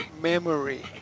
memory